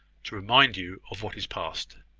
to remind you of what is past.